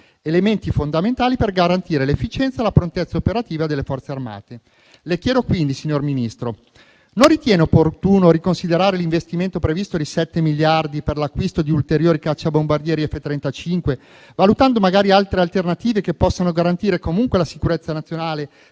elementi fondamentali per garantire l'efficienza e la prontezza operativa delle Forze armate. Le chiedo quindi, signor Ministro, se non ritiene opportuno riconsiderare l'investimento previsto di 7 miliardi per l'acquisto di ulteriori cacciabombardieri F-35, valutando magari delle alternative che possano garantire comunque la sicurezza nazionale